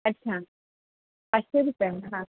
अच्छा पाचशे रुपये हां